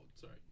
sorry